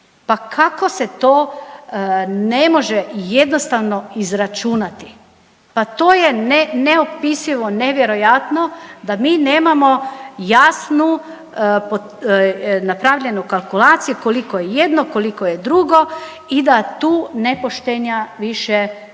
pa kako se to ne može jednostavno izračunati, pa to je neopisivo, nevjerojatno da mi nemamo jasnu napravljenu kalkulaciju koliko je jedno, koliko je drugo i da tu nepoštenja više ne